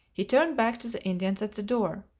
he turned back to the indians at the door.